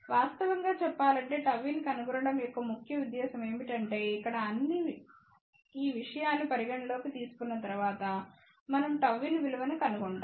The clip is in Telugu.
వాస్తవంగా చెప్పాలంటే Γin కనుగొనడం యొక్క ఉద్దేశ్యం ఏమిటంటేఇక్కడ అన్ని ఈ విషయాలు పరిగణలోకి తీసుకున్న తర్వాత మనం Γin విలువను కనుగొంటాం